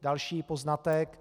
Další poznatek.